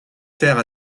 terres